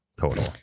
total